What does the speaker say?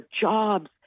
jobs